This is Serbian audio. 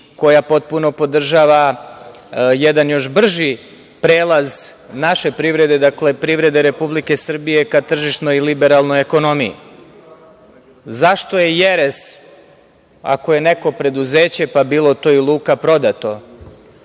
koja potpuno podržava jedan još brži prelaz naše privrede, dakle, privrede Republike Srbije ka tržišnoj liberalnoj ekonomiji.Zašto je jeres ako je neko preduzeće, pa bilo to i luka, prodato?